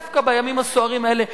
דווקא בימים הסוערים האלה,